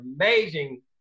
amazing